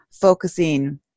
focusing